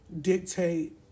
dictate